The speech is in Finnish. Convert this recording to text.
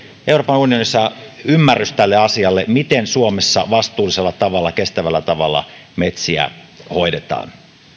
euroopan unionissa ymmärrys tälle asialle miten suomessa vastuullisella tavalla kestävällä tavalla metsiä hoidetaan